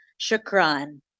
shukran